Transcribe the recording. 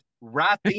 right